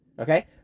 Okay